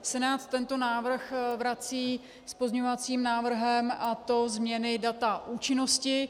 Senát tento návrh vrací s pozměňovacím návrhem, a to změny data účinnosti.